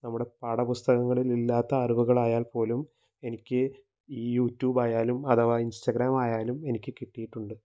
നമ്മുടെ പാഠപുസ്തകങ്ങളിലില്ലാത്ത അറിവുകളായാൽ പോലും എനിക്ക് ഈ യൂറ്റൂബായാലും അഥവാ ഇൻസ്റ്റാഗ്രാമായാലൂം എനിക്ക് കിട്ടിയിട്ടുണ്ട്